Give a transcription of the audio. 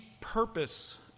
purpose